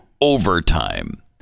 overtime